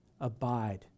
abide